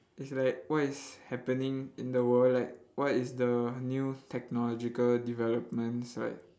is like what is happening in the world like what is the new technological developments right